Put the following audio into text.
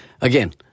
again